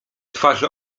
twarze